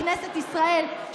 לכנסת ישראל,